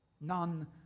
None